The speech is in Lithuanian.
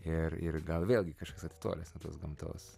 ir ir gal vėlgi kažkas atitolęs nuo tos gamtos